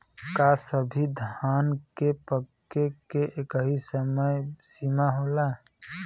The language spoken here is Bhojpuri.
का सभी धान के पके के एकही समय सीमा होला?